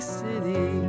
city